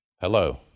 Hello